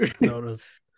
notice